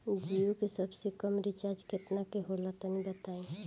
जीओ के सबसे कम रिचार्ज केतना के होला तनि बताई?